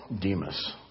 Demas